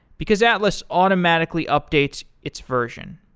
because atlas automatically updates its version.